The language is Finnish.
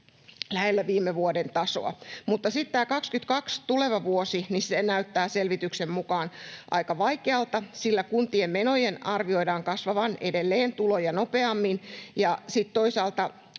lähellä viime vuoden tasoa, mutta sitten tämä tuleva vuosi 22 näyttää selvityksen mukaan aika vaikealta, sillä kuntien menojen arvioidaan kasvavan edelleen tuloja nopeammin ja sitten toisaalta